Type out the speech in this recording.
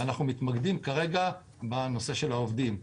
ואנחנו מתמקדים כרגע בנושא של העובדים.